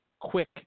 quick